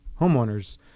homeowners